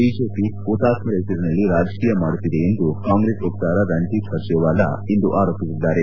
BJP ಹುತಾತ್ಮರ ಹೆಸರಿನಲ್ಲಿ ರಾಜಕೀಯ ಮಾಡುತ್ತಿದೆ ಎಂದು ಕಾಂಗ್ರೆಸ್ ವಕ್ತಾರ ರಣದೀಪ್ ಸುರ್ಜೆವಾಲಾ ಇಂದು ಆರೋಪಿಸಿದ್ದರು